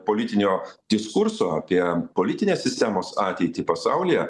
politinio diskurso apie politinės sistemos ateitį pasaulyje